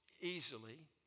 easily